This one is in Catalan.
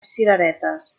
cireretes